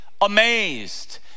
amazed